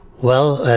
well,